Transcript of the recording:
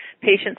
patients